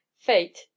Fate